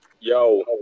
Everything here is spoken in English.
Yo